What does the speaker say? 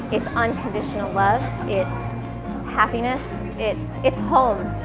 it's unconditional love. it's happiness, it's, it's home.